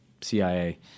CIA